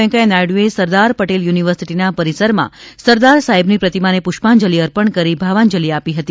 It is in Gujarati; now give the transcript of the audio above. વૈંકયા નાયડુએ સરદાર પટેલ યુનિવર્સિટીના પરિસરમાં સરદાર સાહેબની પ્રતિમાને પુષ્પાજંલી અર્પણ કરી ભાવાંજલી આપી હતી